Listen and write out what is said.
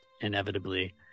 inevitably